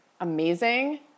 amazing